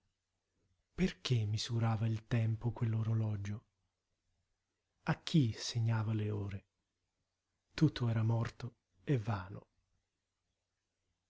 perché misurava il tempo quell'orologio a chi segnava le ore tutto era morto e vano